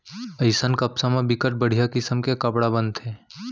अइसन कपसा म बिकट बड़िहा किसम के कपड़ा बनथे